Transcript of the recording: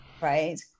right